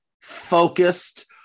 focused